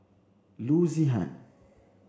Loo Zihan